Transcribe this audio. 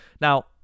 Now